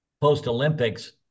post-Olympics